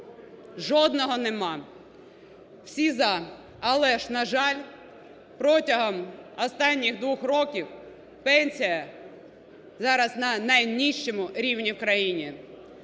Жодного нема, всі – за. Але ж, на жаль, протягом останніх двох років пенсія зараз на найнижчому рівні в країні.